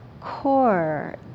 core